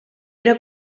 era